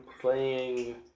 playing